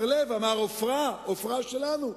בר-לב אמר עופרה, עופרה שלנו.